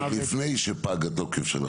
עוד לפני שפג התוקף של החוק.